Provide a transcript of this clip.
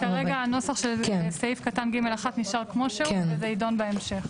כרגע הנוסח שבסעיף קטן (ג)(1) נשאר כמו שהוא וזה ידון באפשר.